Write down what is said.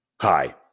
Hi